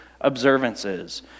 observances